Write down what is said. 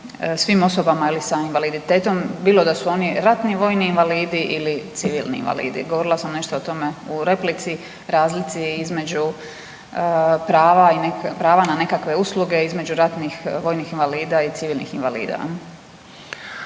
svim osobama ili sa invaliditetom, bilo da su oni ratni vojni invalidi ili civilni invalidi. Govorila sam nešto o tome u replici, razlici između prava, prava na nekakve usluge između ratnih vojnih invalida i civilnih invalida.